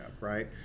right